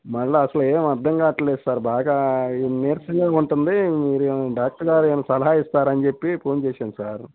మళ్ళీ అసలు ఎం అర్థం కాట్లేదు సార్ బాగా నీరసంగా ఉంటుంది మీరు డాక్టర్ గారు ఏమైనా సలహా ఇస్తారని చెప్పి ఫోన్ చేశాను సార్